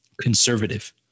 conservative